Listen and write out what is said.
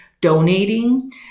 donating